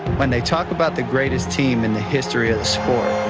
when they talk about the greatest team in the history of the score,